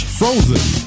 frozen